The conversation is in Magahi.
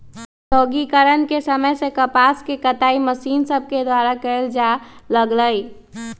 औद्योगिकरण के समय से कपास के कताई मशीन सभके द्वारा कयल जाय लगलई